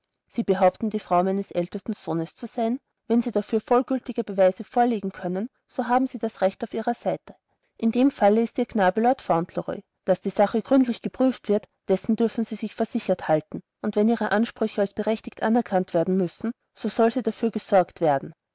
sie behaupten die frau meines ältesten sohnes zu sein wenn sie dafür vollgültige beweise vorlegen können so haben sie das recht auf ihrer seite in dem falle ist ihr knabe lord fauntleroy daß die sache gründlich geprüft werden wird dessen dürfen sie sich versichert halten und wenn ihre ansprüche als berechtigt anerkannt werden müssen so soll für sie gesorgt werden